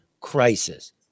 crisis